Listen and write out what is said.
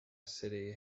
city